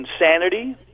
insanity